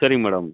சரிங்க மேடம்